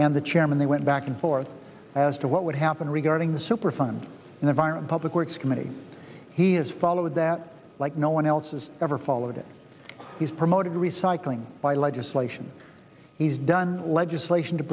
and the chairman they went back and forth as to what would happen regarding the superfund and the veyron public works committee he has followed that like no one else has ever followed it has promoted recycling by legislation he's done legislation to